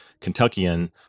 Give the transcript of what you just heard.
Kentuckian